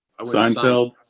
Seinfeld